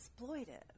exploitive